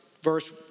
verse